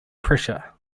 pressure